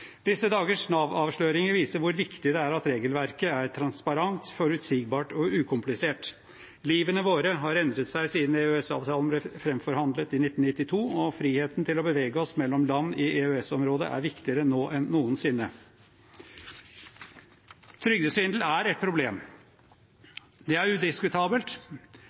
Disse dagers Nav-avsløringer viser hvor viktig det er at regelverket er transparent, forutsigbart og ukomplisert. Livene våre har endret seg siden EØS-avtalen ble framforhandlet i 1992, og friheten til å bevege oss mellom land i EØS-området er viktigere nå enn noensinne. Trygdesvindel er et problem – det er udiskutabelt.